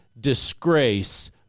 disgrace